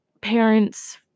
parents